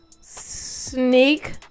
Sneak